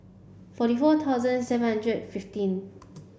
forty four thousand seven hundred fifteen